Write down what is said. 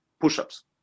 push-ups